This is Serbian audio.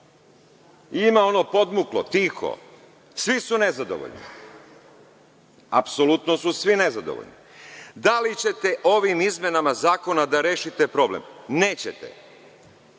Ima ono podmuklo, tiho, svi su nezadovoljni, apsolutno su svi nezadovoljni. Da li ćete ovim izmenama zakona da rešite problem? Nećete.